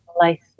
life